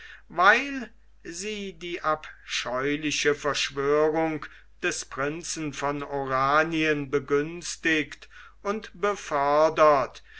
weil sie die abscheuliche verschwörung des prinzen von oranien begünstigt und